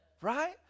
Right